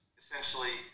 essentially